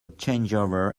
changeover